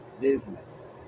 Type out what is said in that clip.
business